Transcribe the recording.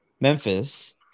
Memphis